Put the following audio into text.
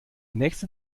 nächste